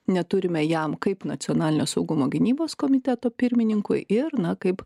neturime jam kaip nacionalinio saugumo gynybos komiteto pirmininkui ir na kaip